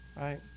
Right